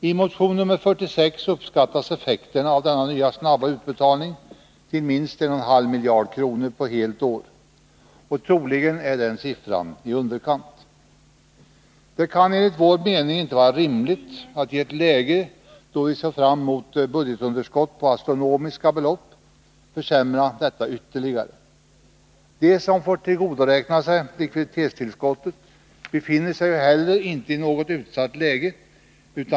I motion nr 46 uppskattas effekterna av denna nya snabba utbetalning till minst en och en halv miljard kronor på helt år. Troligen är den siffran i underkant. Det kan enligt vår mening inte vara rimligt att i ett läge då vi kan vänta ett budgetunderskott på astronomiska belopp försämra detta ytterligare. De som får tillgodoräkna sig likviditetstillskottet befinner sig inte i något utsatt läge.